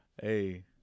Hey